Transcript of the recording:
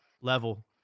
level